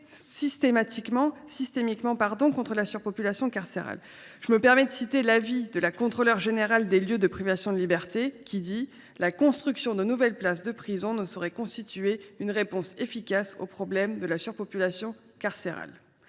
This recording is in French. systémique, contre la surpopulation carcérale. Permettez moi de citer la Contrôleure générale des lieux de privation de liberté :« La construction de nouvelles places de prison ne saurait constituer une réponse efficace aux problèmes aux problèmes de la surpopulation carcérale.